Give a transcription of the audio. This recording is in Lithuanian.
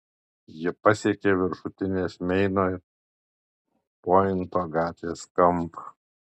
jie pasiekė viršutinės meino ir pointo gatvės kampą